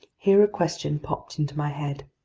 here a question popped into my head.